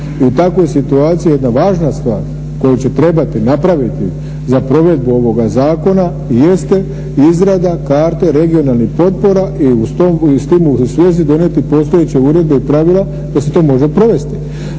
I u takvoj situaciji jedna važna stvar koju će trebati napraviti za provedbu ovoga zakona jeste izrada karte regionalnih potpora i s tim u svezi donijeti postojeće uredbe i pravila da se to može provesti.